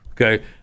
Okay